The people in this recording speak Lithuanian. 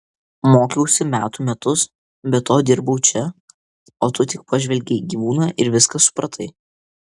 mokiausi metų metus be to dirbau čia o tu tik pažvelgei į gyvūną ir viską supratai